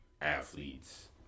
athletes